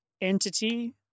entity